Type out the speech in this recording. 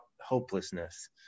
hopelessness